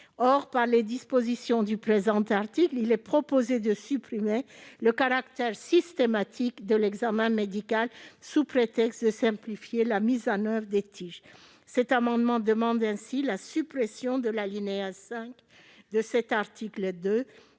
Or, par les dispositions du présent article, il est proposé de supprimer le caractère systématique de l'examen médical sous prétexte de simplifier la mise en oeuvre des TIG. Cet amendement vise à supprimer l'alinéa 5 du présent article,